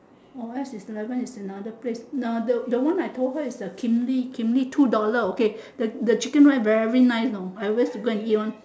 or else is eleven is another place now the the one I told her is kim-lee kim-lee two dollar okay the chicken rice very nice know I always go and eat one